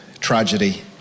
tragedy